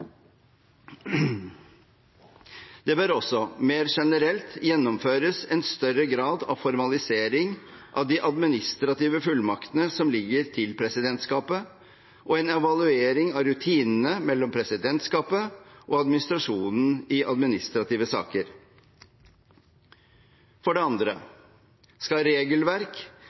Det bør også mer generelt gjennomføres en større grad av formalisering av de administrative fullmaktene som ligger til presidentskapet, og en evaluering av rutinene mellom presidentskapet og administrasjonen i administrative saker. For det andre skal regelverk